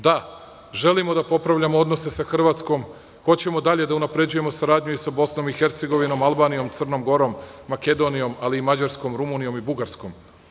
Da, želimo da popravljamo odnose sa Hrvatskom, hoćemo dalje da unapređujemo saradnju sa Bosnom i Hercegovinom, Albanijom, Crnom Gorom, Makedonijom, ali i Mađarskom, Rumunijom i Bugarskom.